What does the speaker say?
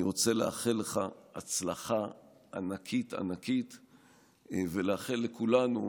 אני רוצה לאחל לך הצלחה ענקית ולאחל לכולנו